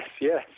Yes